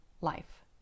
life